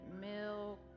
milk